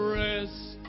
rest